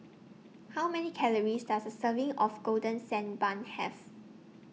How Many Calories Does A Serving of Golden Sand Bun Have